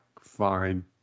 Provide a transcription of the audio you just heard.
fine